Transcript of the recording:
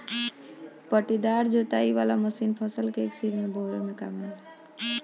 पट्टीदार जोताई वाला मशीन फसल के एक सीध में बोवे में काम आवेला